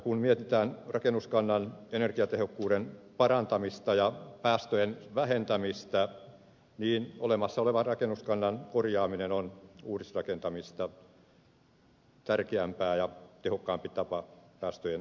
kun mietitään rakennuskannan energiatehokkuuden parantamista ja päästöjen vähentämistä niin olemassa olevan rakennuskannan korjaaminen on uudisrakentamista tärkeämpi ja tehokkaampi tapa päästöjen vähentämiseen